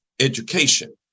education